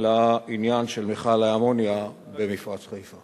לעניין של מכל האמוניה במפרץ חיפה.